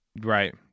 Right